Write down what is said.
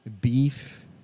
beef